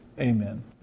amen